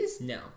No